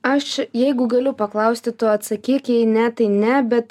aš jeigu galiu paklausti tu atsakyk jei ne tai ne bet